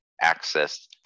access